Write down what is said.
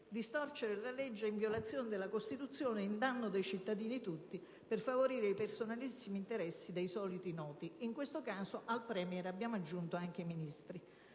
distorcere la legge, in violazione della Costituzione e in danno dei cittadini tutti, per favorire i personalissimi interessi dei soliti noti (in questo caso, al *Premier* abbiamo aggiunto anche i Ministri).